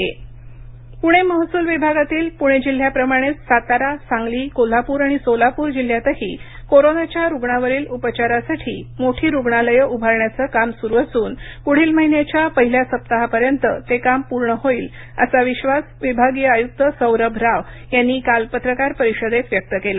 पूणे महसुल विभाग कोविड प्रणे महसूल विभागातील पूणे जिल्ह्याप्रमाणेच सातारा सांगली कोल्हाप्र आणि सोलाप्र जिल्ह्यातही कोरोनाच्या रुग्णावरील उपचारासाठी मोठी रुग्णालये उभारण्याचं काम सुरु असून प्रढील महिन्याच्या पहिल्या सप्ताहांपर्यंत ते काम पूर्ण होईल असा विश्वास विभागीय आयुक्त सौरभ राव यांनी काल पत्रकार परिषदेत व्यक्त केला